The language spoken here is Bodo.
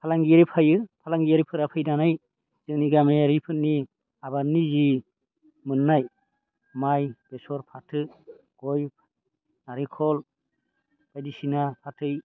फालांगिरि थायो फालांगिरिफोरा फैनानै जोंनि गामियारिफोरनि आबादनि जि मोननाय माइ बेसर फाथो गय नारेंखल बायदिसिना फाथै